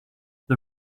the